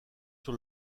sur